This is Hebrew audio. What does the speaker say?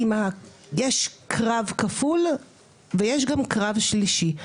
יש קרב כפול ויש גם קרב שלישי.